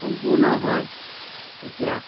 সম্পূৰ্ণ হয় তেতিয়া